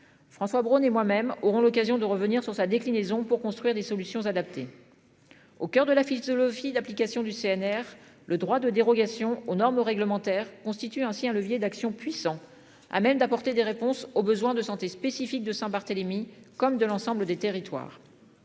François Braun et moi-même auront l'occasion de revenir sur sa déclinaison pour construire des solutions adaptées. Au coeur de la fiche de l'Office d'application du CNR. Le droit de dérogation aux normes réglementaires constitue ainsi un levier d'action puissant à même d'apporter des réponses aux besoins de santé spécifique de Saint-Barthélemy. Comme de l'ensemble des territoires.